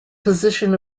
position